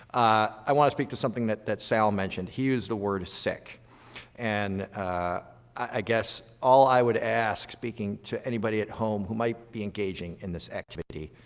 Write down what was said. i want to speak to something that that sal mentioned. he used the word sick and i guess all i would ask, speaking to anybody at home who might be engaging in this activity,